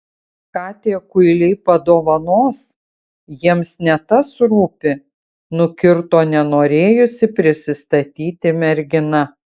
ką tie kuiliai padovanos jiems ne tas rūpi nukirto nenorėjusi prisistatyti mergina